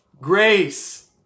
Grace